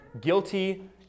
guilty